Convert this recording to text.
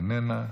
איננה,